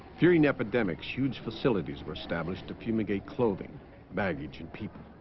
during epidemics huge facilities were established to fumigate clothing baggage and people